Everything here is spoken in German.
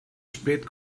spät